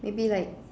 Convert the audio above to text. maybe like